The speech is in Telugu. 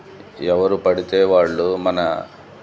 ఎవరు పడితే వాళ్ళు మన